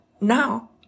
now